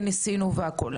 וניסינו והכל,